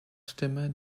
stimme